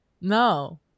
No